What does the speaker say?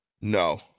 no